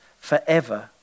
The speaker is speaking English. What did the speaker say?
forever